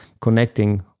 connecting